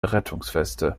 rettungsweste